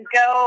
go